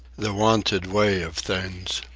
the wonted way of things.